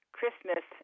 Christmas